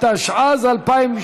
התשע"ז 2017,